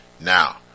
Now